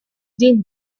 din